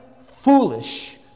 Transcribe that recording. foolish